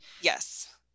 Yes